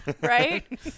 right